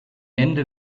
ende